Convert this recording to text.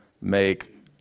make